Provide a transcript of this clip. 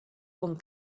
con